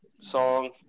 song